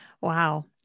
wow